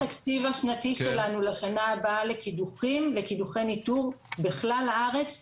כל התקציב השנתי שלנו לשנה הבאה לקידוחי ניטור בכלל הארץ,